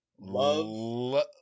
Love